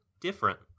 different